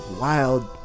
wild